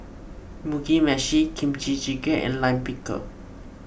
Mugi Meshi Kimchi Jjigae and Lime Pickle